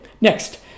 next